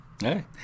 Hey